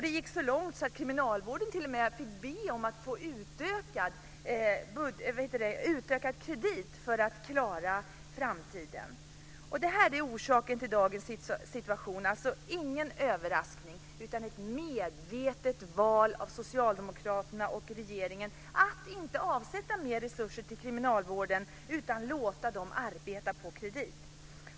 Det gick så långt att kriminalvården t.o.m. fick be om att få utökad kredit för att klara framtiden. Det är orsaken till dagens situation. Det är alltså ingen överraskning utan ett medvetet val av Socialdemokraterna och regeringen att inte avsätta mer resurser till kriminalvården utan låta dem arbeta på kredit.